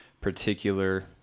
particular